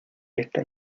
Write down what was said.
esta